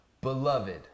Beloved